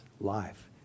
life